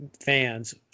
fans